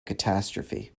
catastrophe